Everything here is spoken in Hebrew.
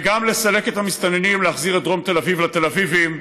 וגם לסלק את המסתננים ולהחזיר את דרום תל אביב לתל אביבים,